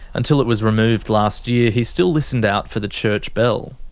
until it was removed last year, he still listened out for the church bell.